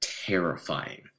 terrifying